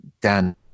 Dan